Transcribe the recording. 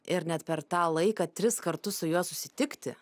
ir net per tą laiką tris kartus su juo susitikti